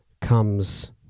comes